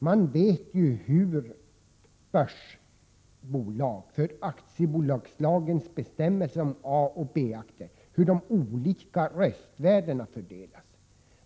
Man vet ju när det gäller börsbolag hur aktiebolagslagens bestämmelser om A och B-aktier fungerar och hur de olika röstvärdena fördelas.